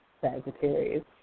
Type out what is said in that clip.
Sagittarius